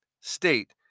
state